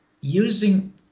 using